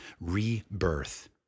rebirth